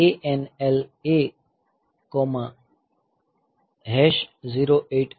ANL A 08H